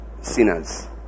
sinners